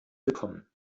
willkommen